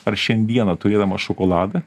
ar šiandieną turėdamas šokoladą